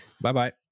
Bye-bye